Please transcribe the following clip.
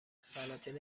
سلاطین